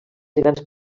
grans